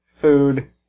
food